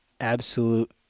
absolute